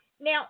Now